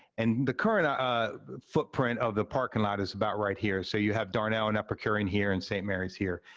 and the current ah ah footprint of the parking lot is about right here, so you have darnall and epicurean here, and st. mary's here.